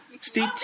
Stay